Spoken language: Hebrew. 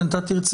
הדברים